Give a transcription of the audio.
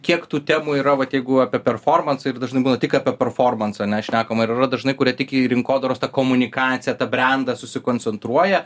kiek tų temų yra vat jeigu apie performansą ir dažnai būna tik apie performansą ane šnekama ir yra dažnai kurie tiki į rinkodaros tą komunikaciją į tą brendą susikoncentruoja